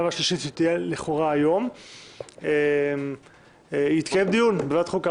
והשלישית שתהיה לכאורה היום יתקיים דיון בוועדת החוקה.